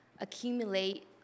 accumulate